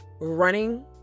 running